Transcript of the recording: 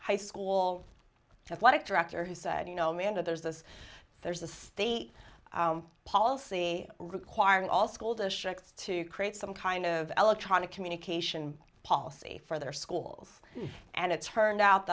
high school to what it director he said you know man to there's this there's a state policy requiring all school districts to create some kind of electronic communication policy for their schools and it turned out